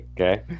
Okay